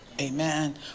Amen